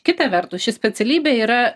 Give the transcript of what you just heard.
kita vertus ši specialybė yra